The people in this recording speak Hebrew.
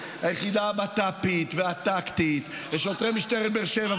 היחידה הבט"פית והטקטית ושוטרי משטרת באר שבע,